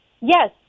Yes